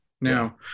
Now